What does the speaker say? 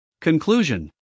Conclusion